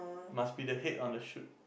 must be the head on the chute